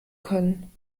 können